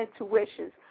intuitions